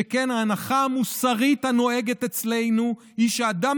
שכן ההנחה המוסרית הנוהגת אצלנו היא שאדם